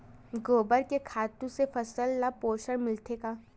गोबर के खातु से फसल ल पोषण मिलथे का?